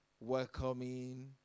welcoming